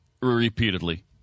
repeatedly